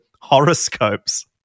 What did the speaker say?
Horoscopes